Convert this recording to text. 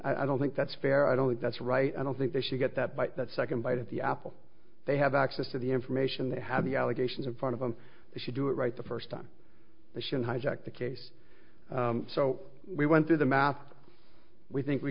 i don't think that's fair i don't think that's right i don't think they should get that by that second bite at the apple they have access to the information they have the allegations in front of them they should do it right the first time the show hijacked the case so we went through the math we think we